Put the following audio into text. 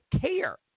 care